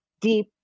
deep